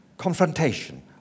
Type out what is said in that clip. confrontation